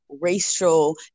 racial